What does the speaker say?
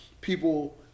people